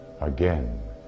again